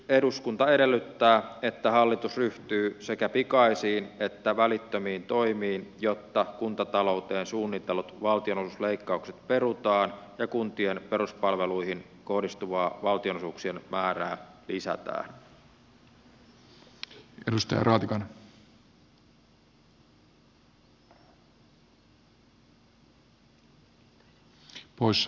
eduskunta edellyttää että hallitus ryhtyy sekä pikaisiin että välittömiin toimiin jotta kuntata louteen suunnitellut valtionosuusleikkaukset perutaan ja kuntien peruspalveluihin kohdistuvaa valtionosuuksien määrää lisätään